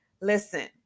listen